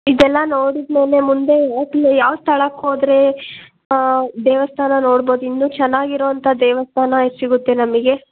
ಇದೆಲ್ಲ ನೋಡಿದ್ಮೇಲೆ ಮುಂದೆ ಯಾಕ್ಲೆ ಯಾವ ಸ್ಥಳಕ್ಕೆ ಹೋದ್ರೇ ದೇವಸ್ಥಾನ ನೋಡ್ಬೋದು ಇನ್ನು ಚೆನ್ನಾಗಿರೊ ಅಂತ ದೇವಸ್ಥಾನ ಇದು ಸಿಗುತ್ತೆ ನಮಗೆ